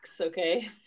okay